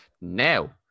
Now